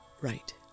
right